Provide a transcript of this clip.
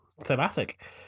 thematic